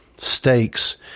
Stakes